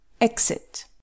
Exit